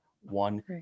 One